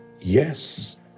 Yes